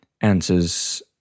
answers